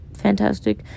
fantastic